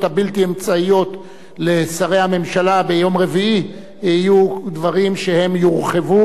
הבלתי-אמצעיות לשרי הממשלה ביום רביעי יורחבו.